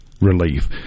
relief